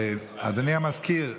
אדוני המזכיר,